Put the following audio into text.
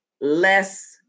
less